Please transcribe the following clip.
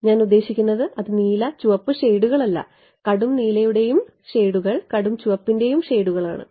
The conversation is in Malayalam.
ഞാൻ ഉദ്ദേശിക്കുന്നത് അത് നീല ചുവപ്പ് ഷേഡുകൾ അല്ല കടും നീലയുടെയും ഷേഡുകൾ കടും ചുവപ്പിൻറെയും ഷേഡുകൾ ആണ്